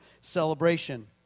celebration